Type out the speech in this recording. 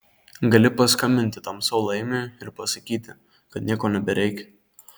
gali paskambinti tam savo laimiui ir pasakyti kad nieko nebereikia